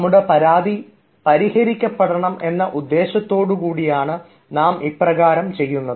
നമ്മുടെ പരാതി പരിഹരിക്കപ്പെടണം എന്ന ഉദ്ദേശത്തോടുകൂടിയാണ് നാം ഇപ്രകാരം ചെയ്യുന്നത്